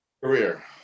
career